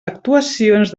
actuacions